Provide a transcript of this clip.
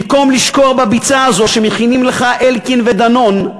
במקום לשקוע בביצה הזאת שמכינים לך אלקין ודנון,